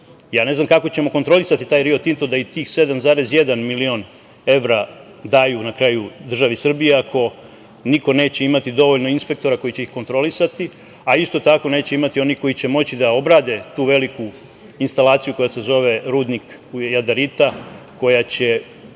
ne znam kako ćemo kontrolisati taj Rio Tinto da i tih 7,1 milion evra daju na kraju državi Srbiji, iako neće imati dovoljno inspektora koji će ih kontrolisati, a isto tako neće imati onih koji će moći da obrade tu veliku instalaciju koja se zove - rudnik Jadarita, koja će